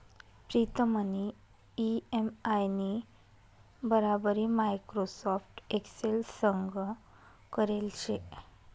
प्रीतमनी इ.एम.आय नी बराबरी माइक्रोसॉफ्ट एक्सेल संग करेल शे